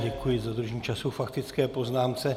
Děkuji za dodržení času k faktické poznámce.